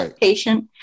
patient